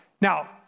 Now